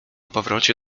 powrocie